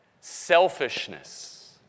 Selfishness